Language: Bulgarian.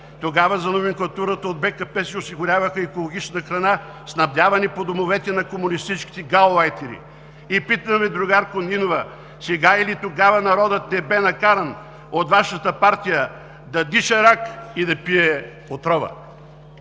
Тогава за номенклатурата от БКП се осигуряваха екологична храна, снабдяване по домовете на комунистическите гаулайтери! И питам Ви, другарко Нинова: сега или тогава народът ни бе накаран от Вашата партия да диша рак и да пие отрова?!